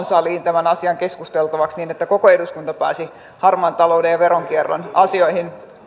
saliin tämän asian keskusteltavaksi niin että koko eduskunta pääsi harmaan talouden ja veronkierron asioihin